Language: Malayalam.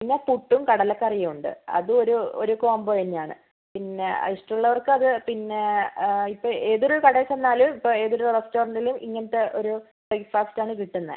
പിന്നെ പുട്ടും കടല കറിയും ഉണ്ട് അതും ഒര് ഒരു കോംമ്പോ തന്നെയാണ് പിന്നെ ഇഷ്ടം ഉള്ളവർക്ക് അത് പിന്നെ ഇപ്പോൾ ഏതൊരു കടയിൽ ചെന്നാലും ഇപ്പോൾ ഏതൊരു റെസ്റ്റോറന്റിലും ഇങ്ങനത്തയൊരു ബ്രേക്ക്ഫാസ്റ്റ് ആണ് കിട്ടുന്നത്